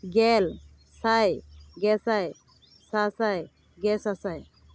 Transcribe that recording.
ᱜᱮᱞ ᱥᱟᱭ ᱜᱮᱥᱟᱭ ᱥᱟᱥᱟᱭ ᱜᱮᱥᱟᱥᱟᱭ